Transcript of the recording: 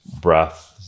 breath